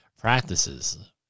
practices